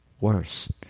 worse